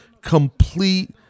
Complete